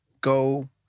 go